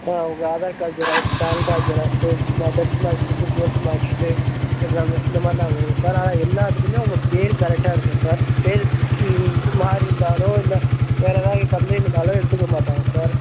ஆ உங்கள் Aadhaar card xerox PAN card xerox tenth mark sheet twelfth mark sheet இந்த மாதிரிலாம் வேணும் சார் ஆனால் எல்லாத்துலேயுமே உங்கள் பேர் கரெக்டாக இருக்கணும் சார் பேர் மாறி இருந்தாலோ இல்லை வேறு ஏதாவது கம்ப்ளைண்ட் இருந்தாலோ எடுத்துக்க மாட்டாங்க சார்